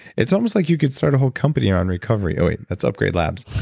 it's almost like you could start a whole company on recovery. wait that's upgrade labs.